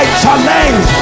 challenge